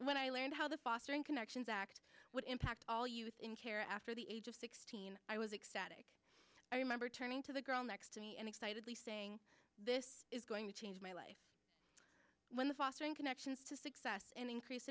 when i learned how the fostering connections act would impact all youth in care after the age of sixteen i was ecstatic i remember turning to the girl next to me and excitedly saying this is going to change my life when the fostering connections to success and increase